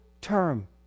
term